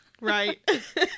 right